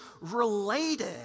related